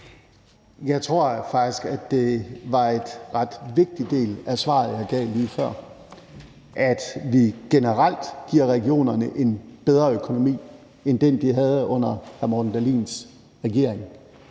Jeg tror faktisk, at det var en ret vigtig del af svaret, jeg gav lige før, nemlig at vi generelt giver regionerne en bedre økonomi end den, de havde under hr. Morten Dahlins regering.